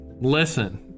listen